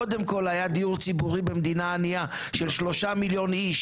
קודם כול היה דיור ציבורי במדינה ענייה של 3 מיליון איש